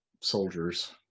soldiers